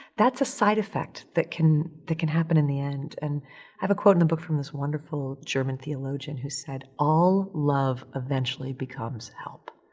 that's a side effect that can, that can happen in the end. and i have a quote in the book from this wonderful german theologian who said, all love eventually becomes help.